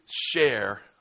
share